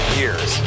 years